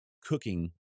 cooking